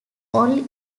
only